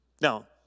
Now